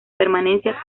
permanencia